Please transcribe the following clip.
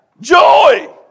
joy